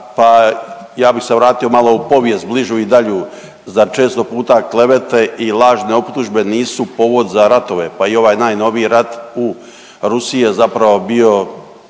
ja bih se vratio malo u povijest bližu i dalju. Zar često puta klevete i lažne optužbe nisu povod za ratove, pa i ovaj najnoviji rat u Rusiji je zapravo bio